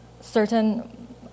certain